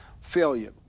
failure